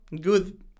Good